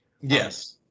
Yes